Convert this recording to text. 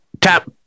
tap